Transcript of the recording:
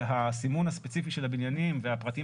והסימון הספציפי של הבניינים והפרטים